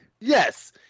Yes